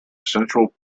central